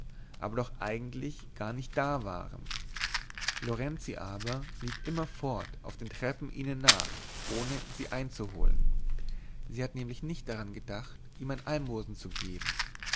aber doch eigentlich gar nicht da waren lorenzi aber lief immerfort auf den treppen ihnen nach ohne sie einzuholen sie hatten nämlich nicht daran gedacht ihm ein almosen zu geben